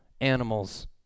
animals